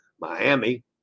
Miami